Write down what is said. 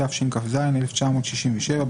התשכ"ז-1967,